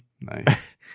nice